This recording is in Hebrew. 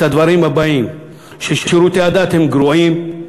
הדברים הבאים: ששירותי הדת הם גרועים,